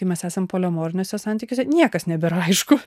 kai mes esam polemoriniuose santykiuose niekas nebėra aišku